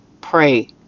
pray